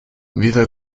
vive